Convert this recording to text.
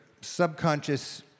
subconscious